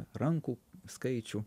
rankų skaičių